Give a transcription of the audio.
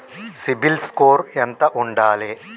CIBIL score ఎంత ఉండాలే?